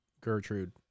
Gertrude